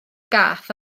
gath